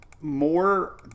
more